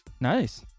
Nice